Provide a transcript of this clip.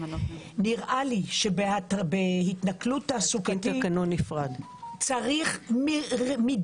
נראה לי שבהתנכלות תעסוקתית צריך שהתקנון הזה יהיה גם